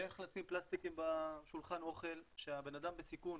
איך לשים פלסטיקים בשולחן אוכל, שהבנאדם בסיכון